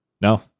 No